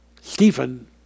Stephen